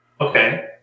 Okay